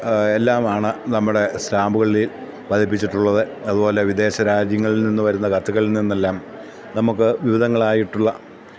എല്ലാമാണ് നമ്മുടെ സ്റ്റാമ്പുകളിൽ പതിപ്പിച്ചിട്ടുള്ളത് അതുപോലെ വിദേശ രാജ്യങ്ങളിൽ നിന്ന് വരുന്ന കത്തുകളിൽ നിന്നെല്ലാം നമുക്ക് വിവിധങ്ങളായിട്ടുള്ള